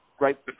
Right